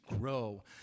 grow